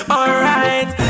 Alright